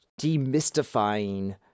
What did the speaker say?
demystifying